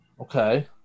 Okay